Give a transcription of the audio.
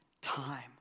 time